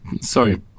Sorry